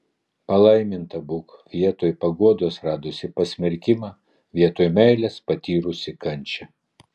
palaiminta būk vietoj paguodos radusi pasmerkimą vietoj meilės patyrusi kančią